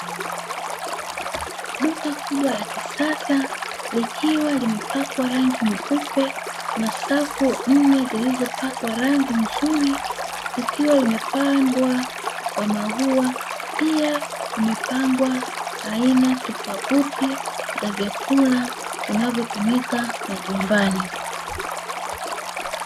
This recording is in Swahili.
Duka kubwa la kisasa likiwa limepakwa rangi nyeupe na safu nne zilizopakwa rangi nzuri, zikiwa zimepambwa kwa maua pia kumepangwa aina tofauti za vyakula vinavyotumika majumbani.